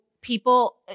people